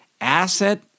Asset